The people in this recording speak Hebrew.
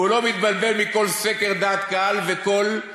והוא לא מתבלבל מכל סקר דעת קהל וכל,